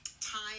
time